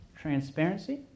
transparency